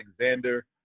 Alexander